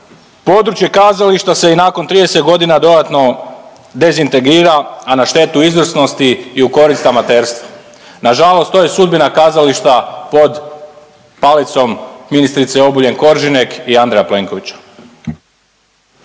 Područje kazališta se i nakon trideset godina dodatno dezintegrira a na štetu izvrsnosti i u korist amaterstva. Na žalost to je sudbina kazališta pod palicom ministrice Obuljen Koržinek i Andreja Plenković.